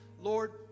Lord